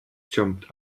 jumped